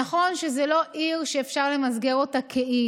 נכון שזאת לא עיר שאפשר למסגר אותה כאי,